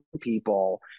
people